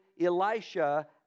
Elisha